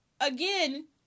again